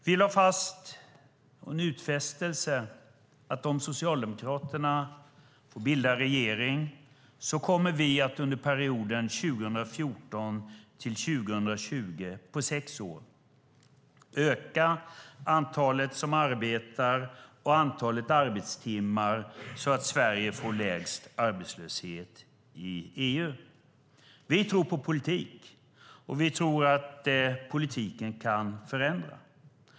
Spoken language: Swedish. Vi lade fast en utfästelse om att om Socialdemokraterna får bilda regering kommer vi att under perioden 2014-2020, alltså under sex år, öka antalet som arbetar och antalet arbetstimmar så att Sverige får lägst arbetslöshet i EU. Vi tror på politik, och vi tror att politiken kan förändra.